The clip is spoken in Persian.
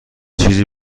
چیزی